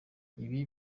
ibi